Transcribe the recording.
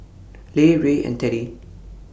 Lex Ray and Teddy